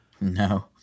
No